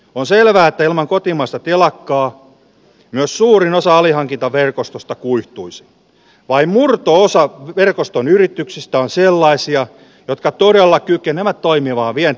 on selvää että ilman kotimaista telakkaa myös suurin osa alihankintaverkostosta kuihtuisi vain murto osa verkoston yrityksistä on sellaisia jotka todella kykenevät toimimaan vient